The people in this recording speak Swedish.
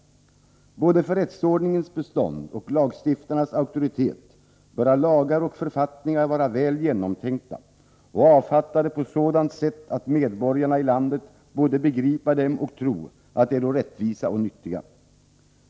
Både för rättsordningens bestånd och lagstiftarnas auktoritet böra lagar och författningar vara väl genomtänkta och avfattade på sådant sätt, att medborgarna i landet både begripa dem och tro, att de äro rättvisa och nyttiga.